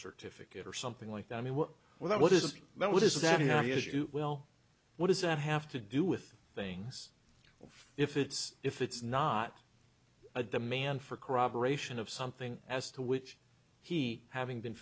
certificate or something like that i mean well what is that what is that well what does that have to do with things or if it's if it's not a demand for corroboration of something as to which he having been